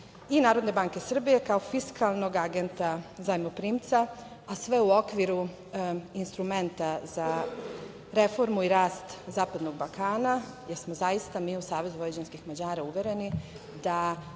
i NBS kao fiskalnog agenta zajmoprimca, sve u okviru instrumenta za reformu i rast zapadnog Balkana, jer smo mi zaista u Savezu vojvođanskih Mađara uvereni da